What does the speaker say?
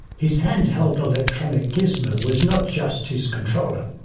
his hand-held electronic gizmo was not just his controller,